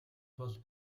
бол